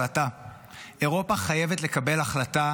אירופה חייבת לקבל החלטה.